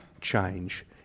change